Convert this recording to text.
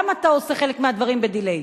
גם אתה עושה חלק מהדברים ב-delay.